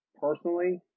personally